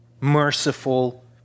merciful